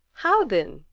how then?